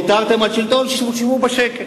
ויתרתם על השלטון, תשבו בשקט.